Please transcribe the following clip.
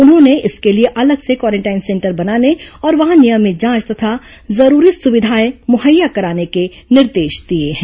उन्होंने इसके लिए अलग से क्वारेंटाइन सेंटर बनाने और वहां नियमित जांच तथा जरूरी सुविधाएं मुहैया कराने के निर्देश दिए हैं